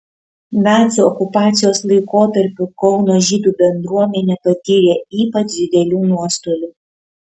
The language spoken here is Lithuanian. nacių okupacijos laikotarpiu kauno žydų bendruomenė patyrė ypač didelių nuostolių